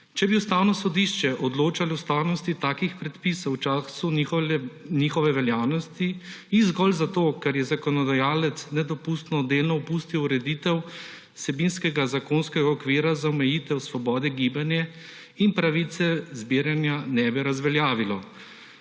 »Če bi Ustavno sodišče odločalo o ustavnosti takih predpisov v času njihove veljavnosti, jih zgolj zato, ker je zakonodajalec nedopustno delno opustil ureditev vsebinskega zakonskega okvira za omejitev svobode gibanja in pravice zbiranja, ne bi razveljavilo.